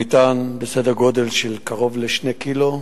המטען בסדר גודל של קרוב ל-2 קילו,